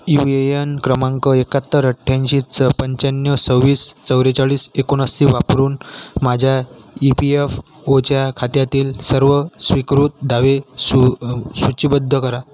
you A N क्रमांक एक्काहत्तर अठ्ठ्याऐंशी च पंच्याण्णव सव्वीस चव्वेचाळीस एकोणऐंशी वापरून माझ्या ई पी एफ ओच्या खात्यातील सर्व स्वीकृत दावे सु सूचीबद्ध करा